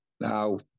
Now